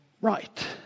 right